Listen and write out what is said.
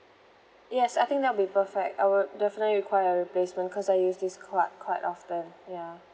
yes I think that will be perfect I would definitely require a replacement cause I use this card quite often ya